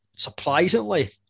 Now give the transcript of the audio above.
Surprisingly